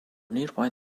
nearby